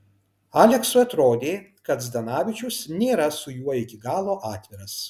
aleksui atrodė kad zdanavičius nėra su juo iki galo atviras